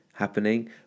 happening